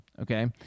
okay